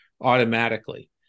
automatically